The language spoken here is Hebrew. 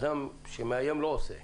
כי אדם שמאיים לא עושה.